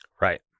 Right